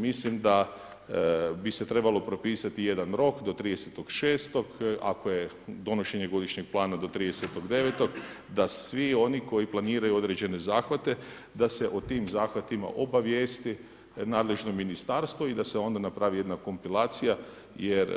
Mislim da bi se trebalo propisati jedan rok do 30. 06. ako je donošenje godišnjeg plana do 30. 09. da svi oni koji planiraju određene zahvate da se o tim zahvatima obavijesti nadležno ministarstvo i da se onda napravi jedna kompilacija, jer